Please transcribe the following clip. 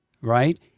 right